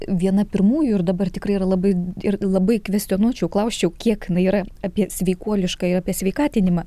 viena pirmųjų ir dabar tikrai yra labai ir labai kvestionuočiau klausčiau kiek jinai yra apie sveikuoliškai apie sveikatinimą